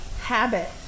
habit